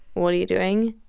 what are you doing,